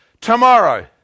Tomorrow